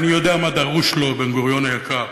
אני יודע מה דרוש לו, בן-גוריון היקר.